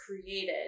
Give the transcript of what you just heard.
created